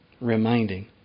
reminding